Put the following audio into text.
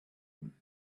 him